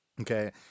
Okay